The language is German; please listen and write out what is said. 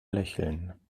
lächeln